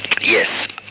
Yes